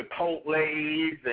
Chipotle's